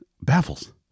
baffles